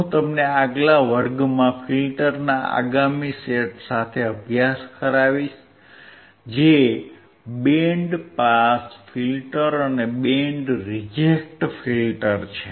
હું તમને આગલા વર્ગમાં ફિલ્ટરના આગામી સેટ સાથે અભ્યાસ કરાવીશ જે બેન્ડ પાસ ફિલ્ટર અને બેન્ડ રિજેક્ટ ફિલ્ટર છે